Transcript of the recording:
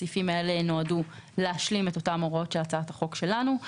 הסעיפים האלה נועדו להשלים את אותן הוראות של הצעת החוק שלנו.